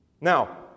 Now